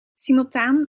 simultaan